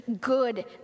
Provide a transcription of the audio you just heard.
good